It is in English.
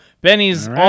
Benny's